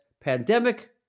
pandemic